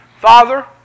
Father